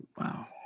Wow